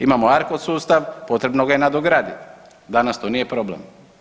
Imamo ARKOD sustav, potrebno ga je nadograditi, danas to nije problem.